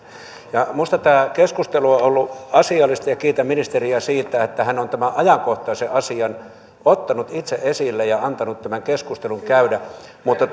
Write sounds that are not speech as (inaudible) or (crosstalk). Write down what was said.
minusta tämä keskustelu on ollut asiallista ja kiitän ministeriä siitä että hän on tämän ajankohtaisen asian ottanut itse esille ja antanut keskustelun käydä mutta (unintelligible)